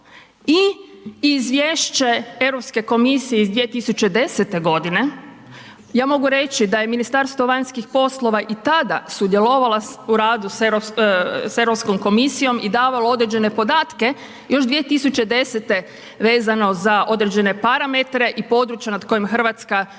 i izvješće Europske komisije iz 2010. godine, ja mogu reći da je Ministarstvo vanjskih poslova i tada sudjelovalo u radu sa Europskom komisijom i davalo određene podatke još 2010. vezano za određene parametre i područja nad kojim Hrvatska uživa